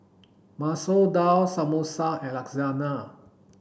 Masoor Dal Samosa and Lasagna